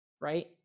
right